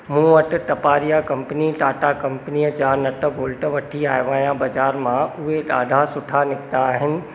मूं वटि टपारिया कंपनी टाटा कंपनीअ जा नट बोल्ट वठी आयो आहियां बज़ारि मां उहे ॾाढा सुठा निकिता आहिनि